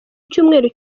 icyumweru